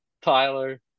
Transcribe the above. Tyler